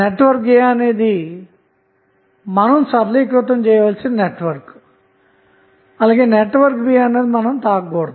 network A అనేది సరళీకృతం చేయవలసిన నెట్వర్క్ మరియు నెట్వర్క్ B అన్నది తాకబడదు